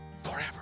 forever